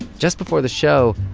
just before the show,